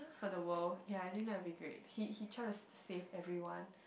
for the world yea I think that will be great he he try to save everyone